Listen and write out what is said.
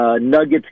Nuggets